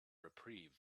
reprieve